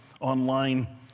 online